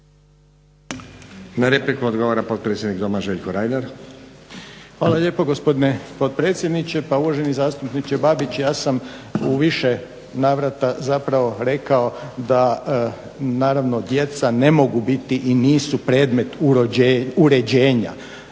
Na repliku odgovara potpredsjednik doma Željko Reiner. **Reiner, Željko (HDZ)** Hvala lijepo gospodine potpredsjedniče. Pa uvaženi zastupniče Babić, ja sam u više navrata zapravo rekao da naravno djeca ne mogu biti i nisu predmet uređenja,